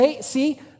See